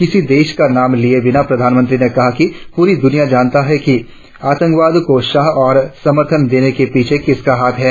किसी देश का नाम लिये बिना प्रधानमंत्री ने कहा कि पूरी दुनिया जानती है कि आतंकवाद को शाह और समर्थन देने के पीछे किसका हाथ है